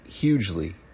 hugely